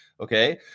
Okay